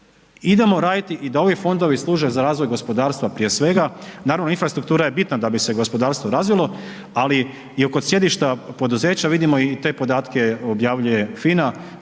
Idemo raditi i da ovi fondovi služe za razvoj gospodarstva prije svega. Naravno infrastruktura je bitna da bi se gospodarstvo razvilo ali je i kod sjedišta poduzeća vidimo te podatke objavljuje FINA,